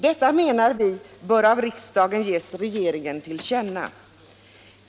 Detta, menar vi, bör av riksdagen ges regeringen till känna.